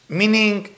meaning